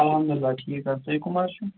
الحمدُاللہ ٹھیٖک حظ تُہی کٕم حظ چھُو